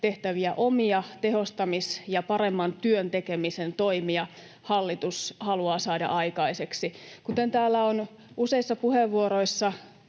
tehtäviä omia tehostamis- ja paremman työn tekemisen toimia hallitus haluaa saada aikaiseksi. Kuten täällä on useissa puheenvuoroissa